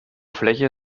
fläche